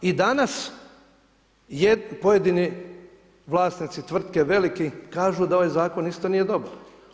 I danas pojedini vlasnici tvrtke veliki kažu da ovaj zakon isto nije dobar.